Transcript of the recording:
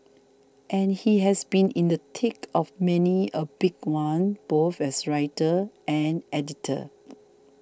and he has been in the tick of many a big one both as writer and editor